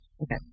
Okay